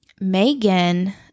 Megan